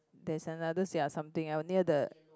there's another ya something else near the